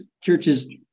churches